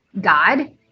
God